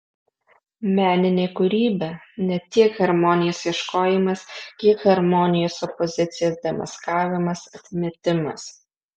meninė kūryba ne tiek harmonijos ieškojimas kiek harmonijos opozicijos demaskavimas atmetimas